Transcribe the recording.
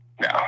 No